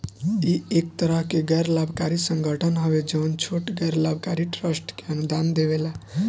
इ एक तरह के गैर लाभकारी संगठन हवे जवन छोट गैर लाभकारी ट्रस्ट के अनुदान देवेला